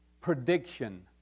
prediction